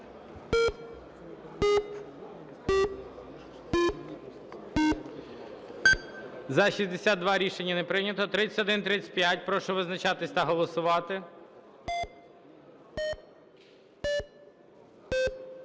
За-62 Рішення не прийнято. 3135. Прошу визначатись та голосувати. 17:43:58